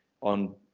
on